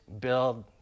build